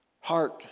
Heart